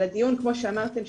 אלא דיון כמו שאמרתם,